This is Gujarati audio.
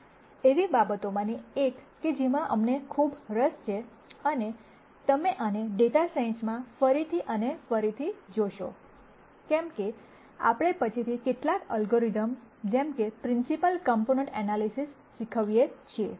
એવી બાબતોમાંની એક કે જેમાં અમને ખૂબ રસ છે અને તમે આને ડેટા સાયન્સમાં ફરીથી અને ફરીથી જોશો કેમ કે આપણે પછીથી કેટલાક અલ્ગોરિધમ જેમ કે પ્રિન્સીપલ કોમ્પોનન્ટ એનાલિસિસ શીખવીએ છીએ